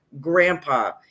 Grandpa